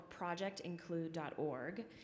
projectinclude.org